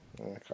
Okay